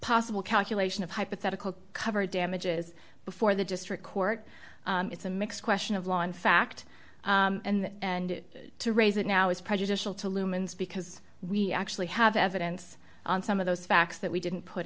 possible calculation of hypothetical cover damages before the district court it's a mix question of law in fact and to raise it now is prejudicial to lumens because we actually have evidence on some of those facts that we didn't put